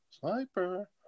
Sniper